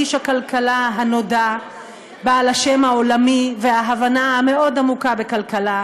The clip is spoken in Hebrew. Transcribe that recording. איש הכלכלה הנודע בעל השם העולמי וההבנה המאוד-עמוקה בכלכלה,